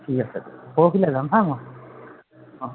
ঠিক আছে পৰশিলে যাম হা মই অঁ